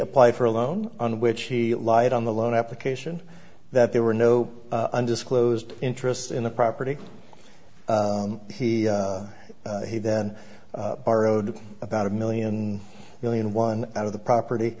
applied for a loan on which he lied on the loan application that there were no undisclosed interest in the property he he then borrowed about a million million one out of the property